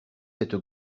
cette